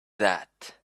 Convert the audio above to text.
that